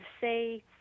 say